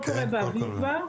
כלומר,